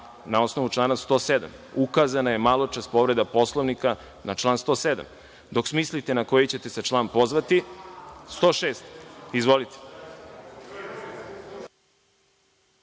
na osnovu člana 107. Ukazana je maločas povreda Poslovnika na član 107. Dok smislite na koji ćete se član pozvati, član 106. Izvolite.